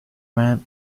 man